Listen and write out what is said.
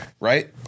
Right